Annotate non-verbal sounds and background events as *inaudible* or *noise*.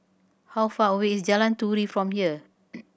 how far away is Jalan Turi from here *noise*